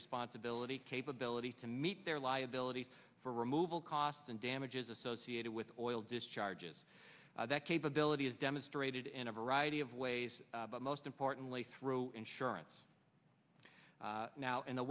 responsibility capability to meet their liability for removal costs and damages associated with oil discharges that capability is demonstrated in a variety of ways but most importantly through insurance now in the